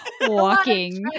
walking